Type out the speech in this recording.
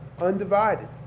undivided